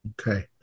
Okay